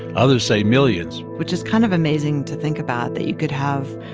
others say millions which is kind of amazing to think about, that you could have,